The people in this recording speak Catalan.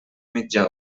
mitja